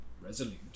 resolute